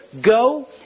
go